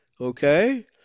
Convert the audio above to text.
okay